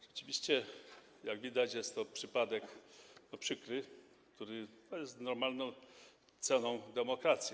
Rzeczywiście, jak widać, jest to przykry przypadek, który jest normalną ceną demokracji.